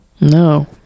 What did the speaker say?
no